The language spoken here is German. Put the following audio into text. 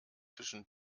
zwischen